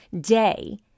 day